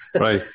Right